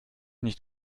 nicht